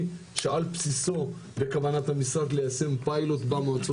שעל בסיסו בכוונת המשרד ליישם פיילוט במועצות.